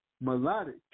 Melodic